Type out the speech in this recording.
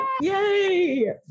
yay